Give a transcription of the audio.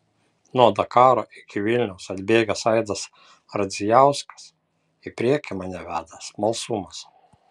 nuo dakaro iki vilniaus atbėgęs aidas ardzijauskas į priekį mane veda smalsumas